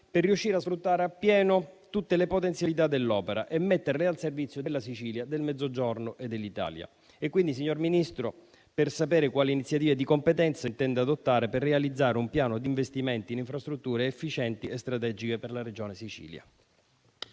per riuscire a sfruttare appieno tutte le potenzialità dell'opera e metterle al servizio della Sicilia, del Mezzogiorno e dell'Italia. Vorrei sapere quindi, signor Ministro, quali iniziative di competenza intenda adottare per realizzare un piano di investimenti in infrastrutture efficienti e strategiche per la Regione Sicilia.